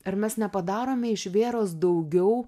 ar mes nepadarome iš vėros daugiau